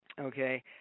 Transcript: Okay